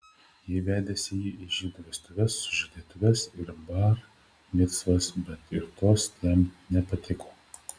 ji vedėsi jį į žydų vestuves sužadėtuves ir bar micvas bet ir tos jam nepatiko